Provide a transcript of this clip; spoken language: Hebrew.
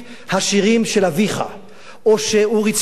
כי לא מספיק השירים של אביך או של אורי צבי גרינברג.